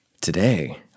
Today